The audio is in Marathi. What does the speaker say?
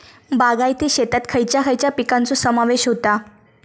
बागायती शेतात खयच्या खयच्या पिकांचो समावेश होता?